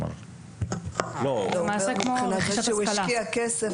אחרי שהוא השקיע כסף